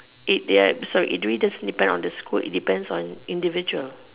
it they are sorry it really doesn't depend on the school it depends on individual